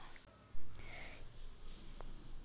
Insurance payment ಆನ್ಲೈನಿನಲ್ಲಿ ಮಾಡಬಹುದಾ?